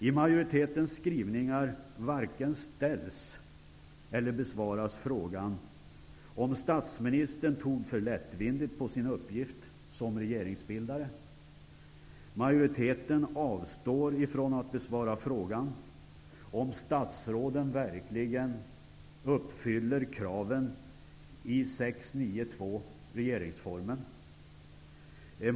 I majoritetens skrivningar varken ställs eller besvaras frågan om statsministern tog för lättvindigt på sin uppgift som regeringsbildare. Majoriteten avstår från att besvara frågan om statsråden uppfyller kraven i 6 kap. 9 § i regeringsformen.